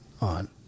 on